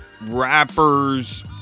Rappers